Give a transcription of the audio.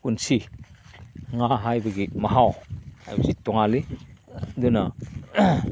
ꯄꯨꯟꯁꯤ ꯉꯥ ꯍꯥꯏꯕꯒꯤ ꯃꯍꯥꯎ ꯍꯥꯏꯕꯁꯤ ꯇꯣꯡꯉꯥꯜꯂꯤ ꯑꯗꯨꯅ